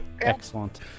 Excellent